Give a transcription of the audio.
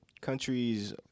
countries